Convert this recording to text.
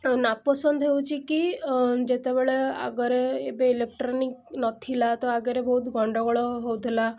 ନାପସନ୍ଦ ହେଉଛି କି ଯେତେବେଳେ ଆଗରେ ଏବେ ଇଲେକଟ୍ରନିକ୍ସ୍ ନଥିଲା ତ ଆଗରେ ବହୁତ ଗଣ୍ଡଗୋଳ ହେଉଥିଲା